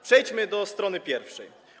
Przejdźmy do strony pierwszej.